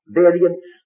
variance